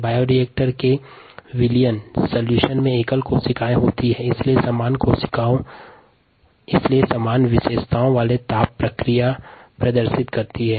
bioreactor के विलयन माध्यम में एकल कोशिका होती है इसलिए ये समान विशेषताओं वाले ताप प्रतिक्रिया प्रदर्शित करती हैं